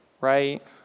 right